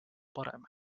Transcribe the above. parem